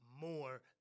more